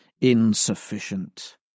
insufficient